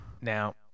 Now